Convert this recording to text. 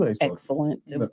Excellent